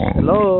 Hello